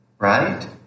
Right